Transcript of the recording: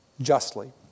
justly